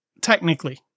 technically